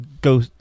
go